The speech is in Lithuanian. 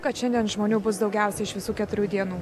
kad šiandien žmonių bus daugiausiai iš visų keturių dienų